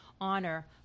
honor